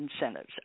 incentives